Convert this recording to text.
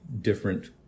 different